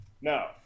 No